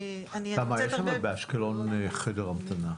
אני נמצאת הרבה --- יש באשקלון חדר המתנה,